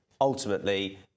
Ultimately